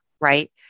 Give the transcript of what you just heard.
right